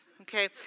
okay